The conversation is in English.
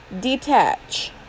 detach